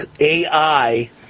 AI